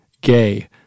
gay